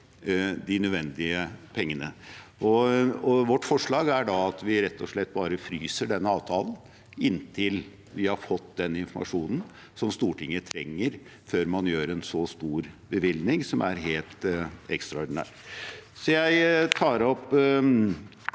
de nødvendige pengene. Vårt forslag er at vi rett og slett bare fryser denne avtalen inntil vi har fått den informasjonen Stortinget trenger, før man gjør en så stor bevilgning, som er helt ekstraordinær. Jeg tar opp